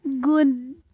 Good